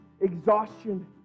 exhaustion